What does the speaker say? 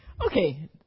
Okay